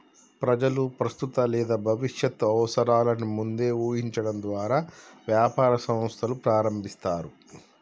ప్రజలు ప్రస్తుత లేదా భవిష్యత్తు అవసరాలను ముందే ఊహించడం ద్వారా వ్యాపార సంస్థలు ప్రారంభిస్తారు